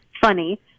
funny